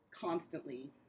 constantly